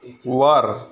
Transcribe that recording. वर